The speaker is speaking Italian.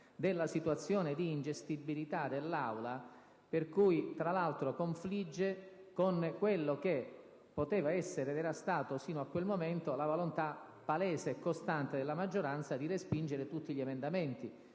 la situazione di ingestibilità dell'Aula. Ciò, tra l'altro, confligge con quella che poteva essere - ed era stata sino a quel momento - la volontà palese e costante della maggioranza di respingere tutti gli emendamenti.